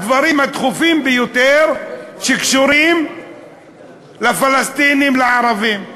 הדברים הדחופים ביותר קשורים לפלסטינים, לערבים.